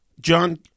John